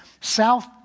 south